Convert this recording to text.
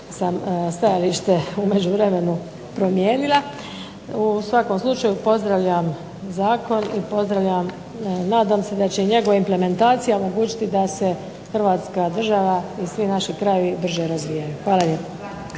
sam stajalište u međuvremenu promijenila. U svakom slučaju pozdravljam zakon i pozdravljam i nadam se da će njegova implementacija omogućiti da se Hrvatska država i svi naši krajevi drže razvijeni. Hvala lijepo.